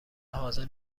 حاضر